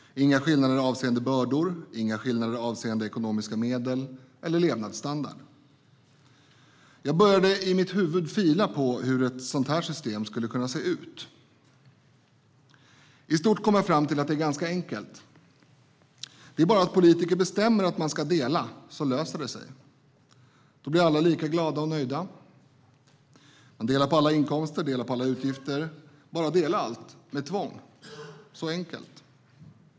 Inga skillnader avseende bördor och inga skillnader avseende ekonomiska medel eller levnadsstandard. Jag började i mitt huvud fila på hur ett sådant här system skulle kunna se ut. I stort kom jag fram till att det är ganska enkelt. Politikerna bestämmer bara att man ska dela, så löser det sig. Då blir alla lika glada och nöjda. Man delar på alla inkomster och alla utgifter. Man delar allt med tvång. Så enkelt.